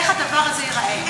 איך הדבר הזה ייראה.